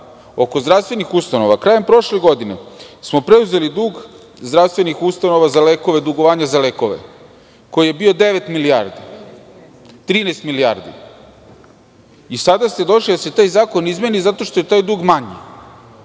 zdravstvenih ustanova - krajem prošle godine smo preuzeli dug zdravstvenih ustanova za lekove, za dugovanje za lekove koji je bio devet milijardi, 13 milijardi. Sada ste došli da se taj zakon izmeni zato što je taj dug manji.